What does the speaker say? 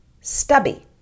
stubby